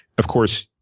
of course,